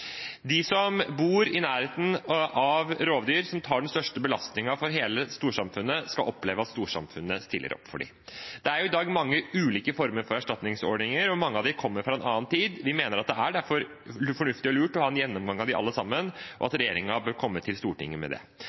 De som bor i nærheten av rovdyr og tar den største belastningen for hele storsamfunnet, skal oppleve at storsamfunnet stiller opp for dem. Det er i dag mange ulike erstatningsordninger, og mange av dem kommer fra en annen tid. Vi mener derfor at det er fornuftig og lurt å ha en gjennomgang av alle sammen, og at regjeringen bør komme til Stortinget med det.